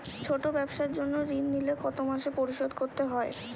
ছোট ব্যবসার জন্য ঋণ নিলে কত মাসে পরিশোধ করতে হয়?